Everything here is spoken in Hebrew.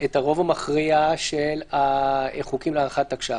את הרוב המכריע של החוקים להארכת תקש"ח.